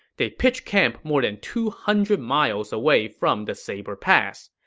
they pitched camp more than two hundred miles away from the saber pass.